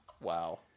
Wow